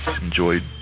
enjoyed